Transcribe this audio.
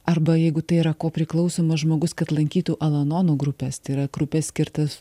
arba jeigu tai yra kopriklausomas žmogus kad lankytų alanonų grupes tai yra krupės skirtas